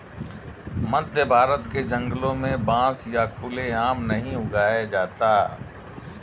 मध्यभारत के जंगलों में बांस यूं खुले आम नहीं उगाया जाता